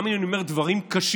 גם אם אני אומר דברים קשים,